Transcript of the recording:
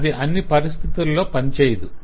అది అన్ని పరిస్థితుల్లో పని చేయదు